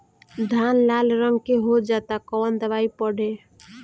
धान लाल रंग के हो जाता कवन दवाई पढ़े?